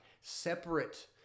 separate